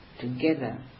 together